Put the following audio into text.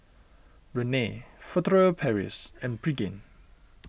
Rene Furtere Paris and Pregain